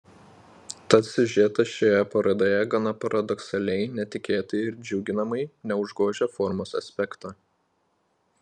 tad siužetas šioje parodoje gana paradoksaliai netikėtai ir džiuginamai neužgožia formos aspekto